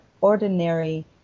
ordinary